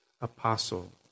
apostle